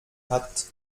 hat